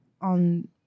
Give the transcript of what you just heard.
on